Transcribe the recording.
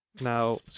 Now